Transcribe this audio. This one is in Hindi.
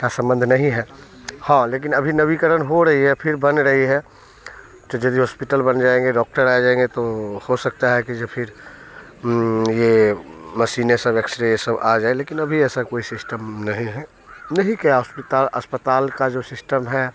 का संबंध नहीं है हाँ लेकिन अभी नवीकरण हो रही है फिर बन रही है तो यदि हॉस्पिटल बन जाएँगे डॉक्टर आ जाएँगे तो हो सकता है कि जो फिर ये मशीनें सब एक्स रे ये सब आ जाए लेकिन अभी ऐसा कोई सिस्टम नहीं है देखिए क्या अस्पताल अस्पताल का जो सिस्टम है